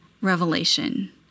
revelation